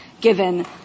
given